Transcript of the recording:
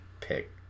pick